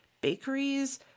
bakeries